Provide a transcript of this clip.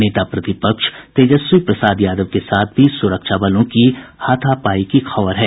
नेता प्रतिपक्ष तेजस्वी प्रसाद यादव के साथ भी सुरक्षाबलों की हाथापाई की खबर है